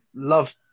Love